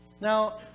Now